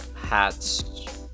hats